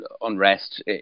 unrest